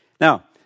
Now